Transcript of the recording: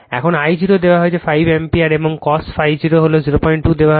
এখন I0 দেওয়া হয়েছে 5 অ্যাম্পিয়ার এবং cos ∅ 0 হল 02 দেওয়া হয়েছে